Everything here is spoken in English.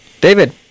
David